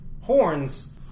Horns